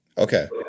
Okay